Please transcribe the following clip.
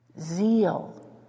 Zeal